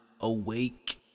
awake